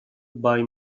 buy